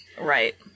right